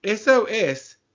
SOS